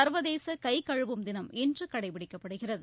சா்வதேச கை கழுவும் தினம் இன்று கடைபிடிக்கப்படுகிறது